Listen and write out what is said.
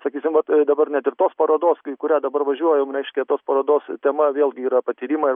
sakysim vat dabar net ir tos parodos į kurią dabar važiuojam reiškia tos parodos tema vėlgi yra patyrimai